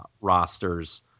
rosters